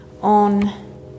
on